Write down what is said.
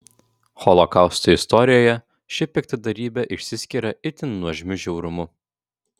holokausto istorijoje ši piktadarybė išsiskiria itin nuožmiu žiaurumu